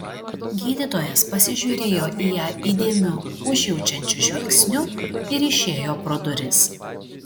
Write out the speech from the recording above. gydytojas pasižiūrėjo į ją įdėmiu užjaučiančiu žvilgsniu ir išėjo pro duris